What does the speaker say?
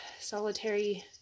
solitary